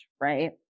right